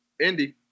Indy